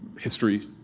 history